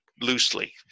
loosely